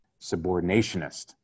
Subordinationist